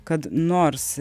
kad nors